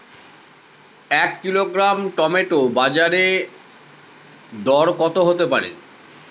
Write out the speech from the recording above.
এক kilogram tomato বাজের দরকত হতে পারে?